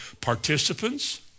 participants